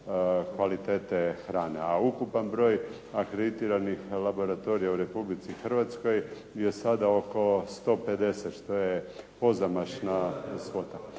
kvalitete hrane. A ukupan broj akreditiranih laboratorija u Republici Hrvatskoj je sada oko 150, što je pozamašna svota.